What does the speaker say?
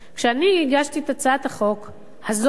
כשאני הגשתי את הצעת החוק הזאת,